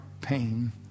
pain